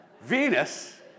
Venus